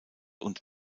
und